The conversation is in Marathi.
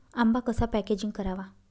आंबा कसा पॅकेजिंग करावा?